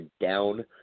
down